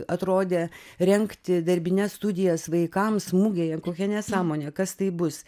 atrodė rengti darbines studijas vaikams mugėje kokia nesąmonė kas tai bus